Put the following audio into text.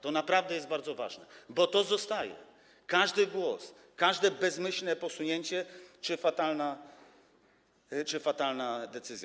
To naprawdę jest bardzo ważne, bo to zostaje: każdy głos, każde bezmyślne posunięcie czy fatalna decyzja.